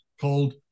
called